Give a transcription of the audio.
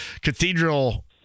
Cathedral